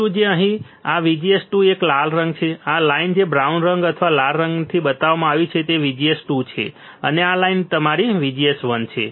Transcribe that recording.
VGS2 જે અહીં આ VGS2 એક લાલ રંગ છે આ લાઈન જે બ્રાઉન રંગ અથવા લાલ રંગથી બતાવવામાં આવી છે તે VGS2 છે અને આ લાઈન તમારી VGS1 છે